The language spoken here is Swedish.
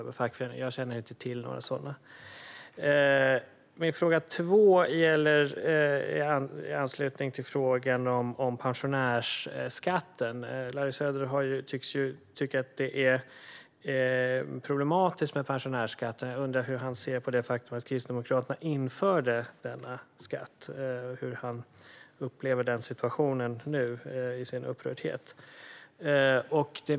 Jag känner inte till några. Den andra frågan gäller pensionärsskatten. Larry Söder verkar tycka att det är problematiskt med pensionärsskatten. Jag undrar hur han ser på det faktum att Kristdemokraterna införde denna skatt. Hur upplever han den situationen nu i sin upprördhet?